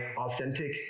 authentic